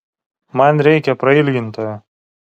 man reikia prailgintojo